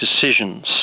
decisions